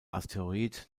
asteroid